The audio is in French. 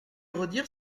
redire